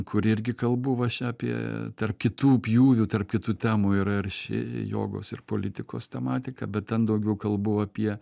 kur irgi kalbu va aš apie tarp kitų pjūvių tarp kitų temų yra ir ši jogos ir politikos tematika bet ten daugiau kalbu apie